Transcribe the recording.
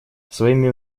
своими